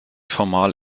formal